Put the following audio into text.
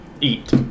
Eat